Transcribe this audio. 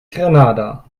grenada